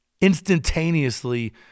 instantaneously